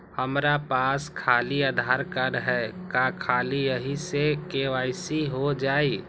हमरा पास खाली आधार कार्ड है, का ख़ाली यही से के.वाई.सी हो जाइ?